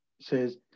says